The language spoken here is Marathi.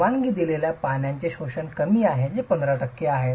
परवानगी दिलेल्या पाण्याचे शोषण कमी आहे जे 15 टक्के आहे